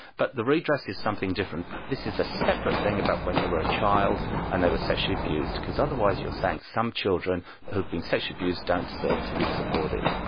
but the redress is something different. this is a separate thing about when they were a child and they were sexually abused, because otherwise you're saying some children who have been sexually abused don't deserve to be supported.